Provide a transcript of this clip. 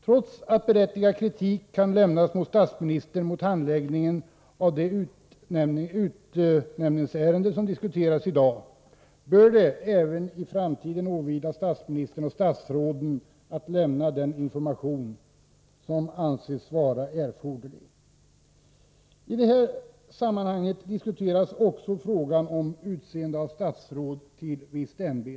Trots att berättigad kritik kan lämnas mot statsministern mot handläggningen av det utnämningsärende som diskuteras i dag, bör det även i framtiden åvila statsministern och statsråden att lämna den information som anses vara erforderlig. I detta sammanhang diskuteras också frågan om utseende av statsråd till visst ämbete.